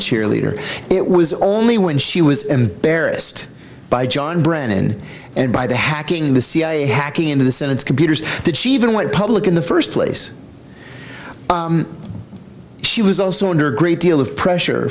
cheerleader it was only when she was embarrassed by john brennan and by the hacking the cia hacking into the senate's computers that she even went public in the first place she was also under a great deal of pressure